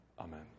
Amen